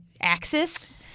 axis